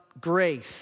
grace